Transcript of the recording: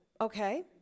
okay